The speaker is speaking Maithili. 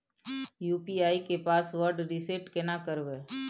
यु.पी.आई के पासवर्ड रिसेट केना करबे?